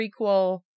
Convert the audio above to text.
prequel